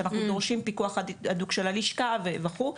שבה אנחנו דורשים פיקוח הדוק של הלשכה וכולי.